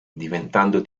diventando